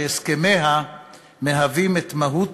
שהסכמיה מהווים את מהות